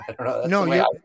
No